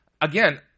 Again